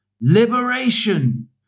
Liberation